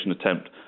attempt